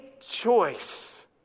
choice